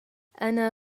أنا